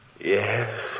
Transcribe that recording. Yes